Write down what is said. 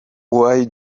why